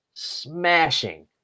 Smashing